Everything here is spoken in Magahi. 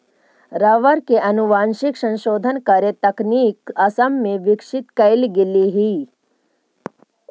रबर के आनुवंशिक संशोधन करे के तकनीक असम में विकसित कैल गेले हई